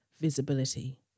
visibility